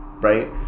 right